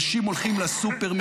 אנשים הולכים לסופר,